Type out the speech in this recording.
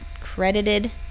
credited